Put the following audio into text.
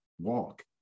walk